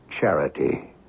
charity